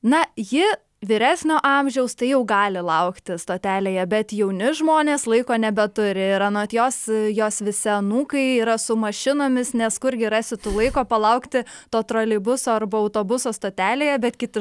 na ji vyresnio amžiaus tai jau gali laukti stotelėje bet jauni žmonės laiko nebeturi ir anot jos jos visi anūkai yra su mašinomis nes kurgi rasit laiko palaukti to troleibuso arba autobuso stotelėje bet kiti